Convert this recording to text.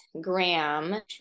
Graham